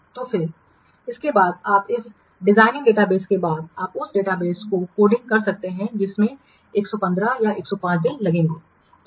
तो फिर इसके बाद आप इस डिजाइनिंग डेटाबेस के बाद आप उस डेटाबेस को कोडिंग कर सकते हैं जिसमें 115 105 दिन लगेंगे